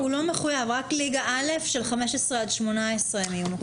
הוא לא מחויב רק ליגה א' של 15 עד 18 הם יהיו מחויבים.